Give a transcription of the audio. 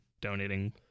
Donating